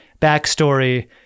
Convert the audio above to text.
backstory